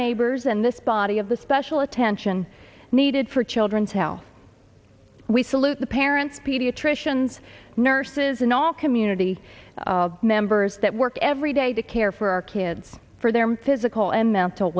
neighbors and this body of the special attention needed for children tell we salute the parents pediatricians nurses and all community members that work every day to care for our kids for their physical and mental